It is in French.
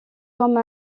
comme